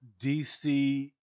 DC